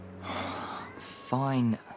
Fine